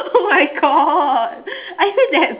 oh my god are you that